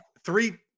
three